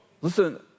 Listen